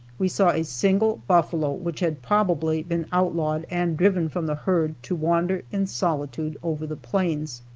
we saw a single buffalo which had probably been outlawed and driven from the herd to wander in solitude over the plains.